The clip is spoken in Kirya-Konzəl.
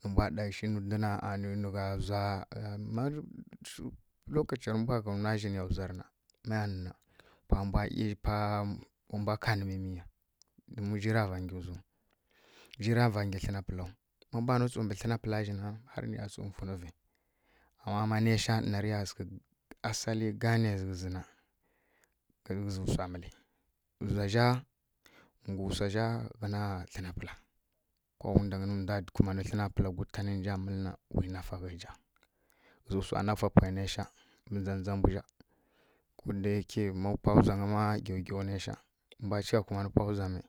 wa mba ɗa ghǝshǝ ndwǝ na ma lokaciyarǝ mbwa gha wna zji niya wzarǝ na ma ya nǝ na pa wa mbwa kaanǝ mimiya dom zji ra va ngǝ wzau zjira va ngi tlǝna pǝlau ma mbwa wnǝ tsu mbǝ tlǝna pǝla ji na har niya tsu mfunǝvǝ amma ma nisha narǝ ya sǝghǝ asali gaaneya ghǝzǝ na ghǝzǝ wsa mǝli wzazja ngwuwsa zja ghǝna tlǝna pǝla kowundwanyǝ nǝ ndwa nǝ ndwa kumanǝ tlǝna pǝla gwutanǝ nǝnja mǝlǝ na wi nafa ghǝnji ghǝzǝ wsa nafa pwai nesha mbǝ ndza ndza mbuzja ko dayake ma pwa wzangyǝ ma ghaughau nesha mbwa cika kumanǝ pwa wza me.